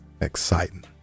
exciting